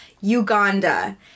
Uganda